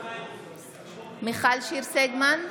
מיכל שיר סגמן,